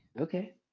Okay